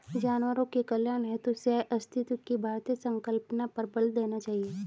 जानवरों के कल्याण हेतु सहअस्तित्व की भारतीय संकल्पना पर बल देना चाहिए